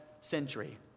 century